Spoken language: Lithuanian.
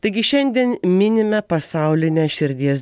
taigi šiandien minime pasaulinę širdies